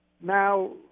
now